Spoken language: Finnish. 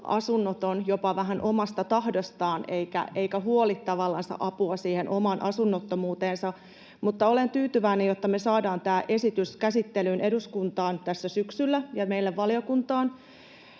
asunnoton jopa vähän omasta tahdostaan eikä tavallaan huoli apua siihen omaan asunnottomuuteensa. Mutta olen tyytyväinen, että me saadaan tämä esitys käsittelyyn eduskuntaan ja meille valiokuntaan